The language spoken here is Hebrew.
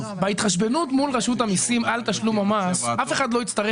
בהתחשבנות מול רשות המיסים על תשלום המס אף אחד לא יצטרך